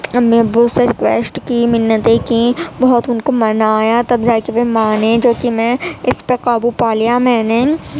امی ابو سے رکویسٹ کی منتیں کیں بہت ان کو منایا تب جا کے وہ مانے جو کہ میں اس پر قابو پا لیا میں نے